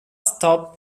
stop